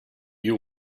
you